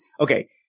Okay